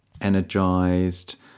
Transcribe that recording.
energized